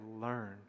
learn